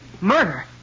Murder